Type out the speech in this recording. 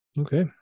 okay